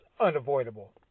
unavoidable